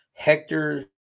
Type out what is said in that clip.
Hector